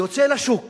יוצא לשוק